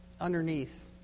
underneath